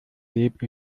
lebe